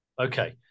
Okay